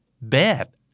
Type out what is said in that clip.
bed